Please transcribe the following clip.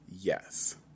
Yes